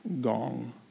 gong